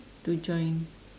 to join